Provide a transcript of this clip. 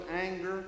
anger